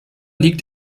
liegt